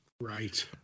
Right